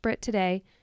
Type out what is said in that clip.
today